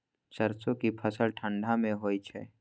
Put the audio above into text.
सरसो के फसल ठंडा मे होय छै?